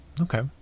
okay